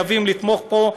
ואני חושב שחייבים לתמוך בו.